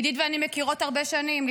עידית ואני מכירות הרבה שנים,